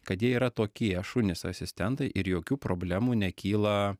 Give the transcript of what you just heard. kad jie yra tokie šunys asistentai ir jokių problemų nekyla